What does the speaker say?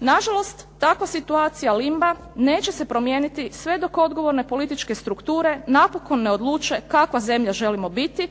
Na žalost takva situacija limba neće se promijeniti sve dok odgovorne političke strukture napokon ne odluče kakva zemlja želimo biti,